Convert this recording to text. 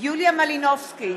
יוליה מלינובסקי,